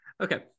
okay